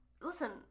listen